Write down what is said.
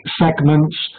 segments